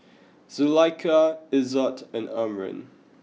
Zulaikha Izzat and Amrin